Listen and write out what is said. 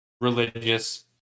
religious